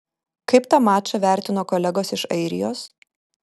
kaip tą mačą vertino kolegos iš airijos